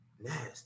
nasty